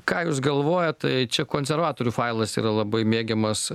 ką jūs galvojat tai čia konservatorių failas yra labai mėgiamas